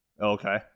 Okay